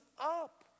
up